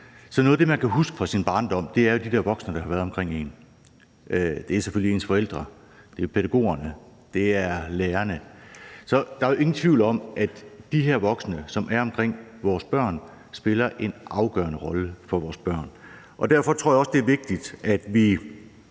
er noget af det, man kan huske fra sin barndom, de der voksne, der har været omkring en. Det er selvfølgelig ens forældre, det er pædagogerne, det er lærerne. Der er ingen tvivl om, at de her voksne, som er omkring vores børn, spiller en afgørende rolle for vores børn, og derfor tror jeg også, det er vigtigt, at vi